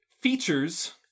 features